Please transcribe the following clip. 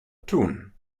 tun